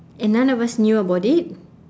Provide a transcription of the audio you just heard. and none of us knew about it